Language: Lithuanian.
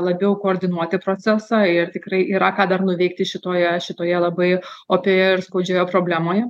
labiau koordinuoti procesą ir tikrai yra ką dar nuveikti šitoje šitoje labai opioje ir skaudžioje problemoje